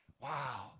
Wow